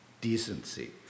decency